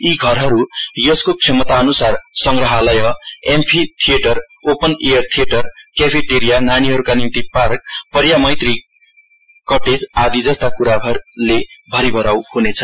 यी घरहरु यसको क्षमताअनुसार संग्रहालय amphitheatre open air theatre cafeteria नानीहरुका निम्ति पार्क पर्यामैत्री कटेज आदि जस्ता कुराले भरिभराउ हुनेछ